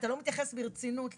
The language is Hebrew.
אתה לא מתייחס ברצינות לזה.